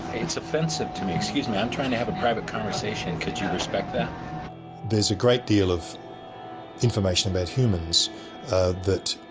it's offensive to me. excuse me, i'm trying to have a private conversation. could you respect there's a great deal of information about humans that